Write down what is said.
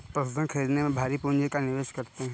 पशुधन खरीदने में भारी पूँजी का निवेश करते हैं